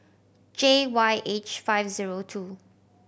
J Y H five zero two